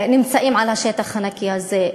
שנמצאים על השטח הנקי הזה.